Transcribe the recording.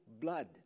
blood